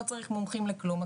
לא צריך מומחים לכלום,